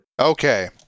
okay